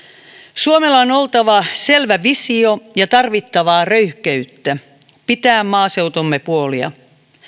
suomella on oltava selvä visio ja tarvittavaa röyhkeyttä pitää maaseutumme puolia